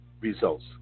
results